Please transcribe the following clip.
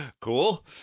Cool